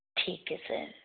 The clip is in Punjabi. ਠੀਕ ਹੈ ਸਰ